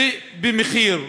ובמחיר שהיה,